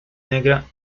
negra